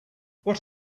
what